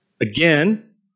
again